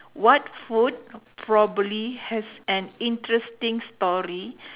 what food probably has an interesting story